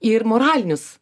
ir moralinius